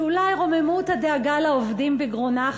שאולי רוממות הדאגה לעובדים בגרונה,